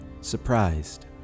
surprised